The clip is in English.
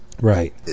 Right